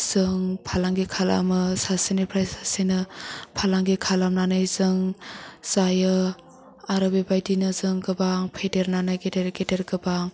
जों फालांगि खालामो सासेनिफ्राय सासेनो फालांगि खालामनानै जों जायो आरो बेबायदिनो जों गोबां फेदेरनानै गेदेर गेदेर गोबां